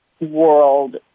world